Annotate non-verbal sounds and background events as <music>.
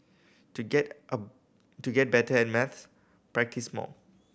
to get <unintelligible> to get better at maths practise more